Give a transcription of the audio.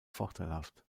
vorteilhaft